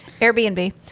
Airbnb